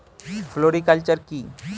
Floriculture কি?